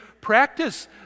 practice